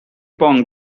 pong